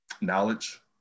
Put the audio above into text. knowledge